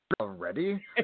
already